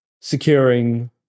securing